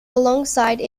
alongside